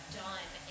done